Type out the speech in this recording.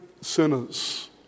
sinners